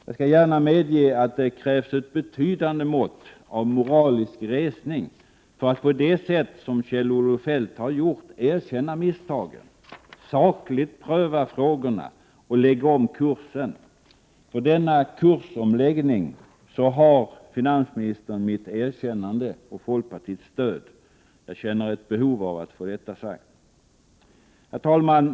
Jag skall gärna medge att det krävs ett betydande mått av moralisk resning för att på det sätt som Kjell-Olof Feldt har gjort erkänna misstagen, sakligt pröva frågorna och lägga om kursen. För denna kursomläggning har finansministern mitt erkännande och folkpartiets stöd. Jag känner ett behov av att få detta sagt. Herr talman!